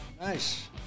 Nice